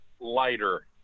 lighter